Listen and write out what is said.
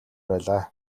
байлаа